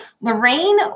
Lorraine